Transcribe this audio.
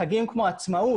חגים כמו עצמאות,